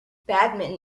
badminton